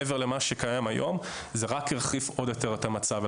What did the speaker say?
מעבר למה שקיים היום - זה רק יחריף את המצב עוד יותר.